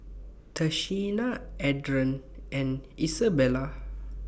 Tashina Adron and Izabella